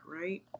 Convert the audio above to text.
right